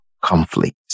conflict